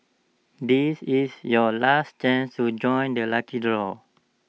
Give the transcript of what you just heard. this is your last chance to join the lucky draw